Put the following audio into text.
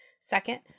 Second